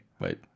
wait